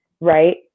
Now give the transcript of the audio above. right